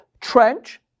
trench